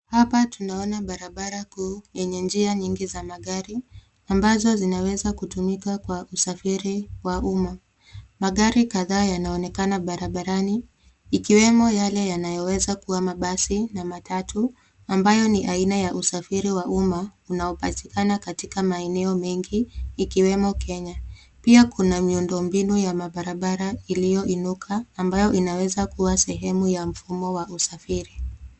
Hapa tunaona barabara kuu yenye njia nyingi za magari ambazo zinaweza kutumika kwa usafiri wa umma. Magari kadhaa yanaonekana barabarani ikiwemo yale yanayoweza kuwa mabasi na matatu ambayo ni aina ya usafiri wa umma unaopatikana katika maeneo mengi ikiwemo Kenya. Pia kuna miundombinu ya mabarabara iliyoinuka ambayo inaweza kuwa sehemu ya mfumo wa usafiri.